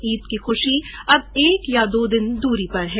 ईद की खुशी अब एक या दो दिन की दूरी पर है